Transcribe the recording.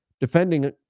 defending